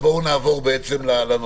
בואו נעבור נושא,